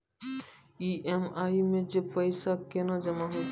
EMI मे जे पैसा केना जमा होय छै?